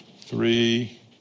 three